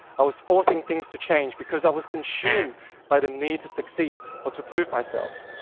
i was forcing things to change because i was consumed by the need to succeed or to prove myself.